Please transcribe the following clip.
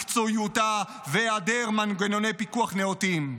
מקצועיותה והיעדר מנגנוני פיקוח נאותים.